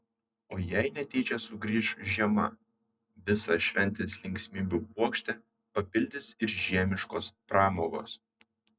o jei netyčia sugrįš žiema visą šventės linksmybių puokštę papildys ir žiemiškos pramogos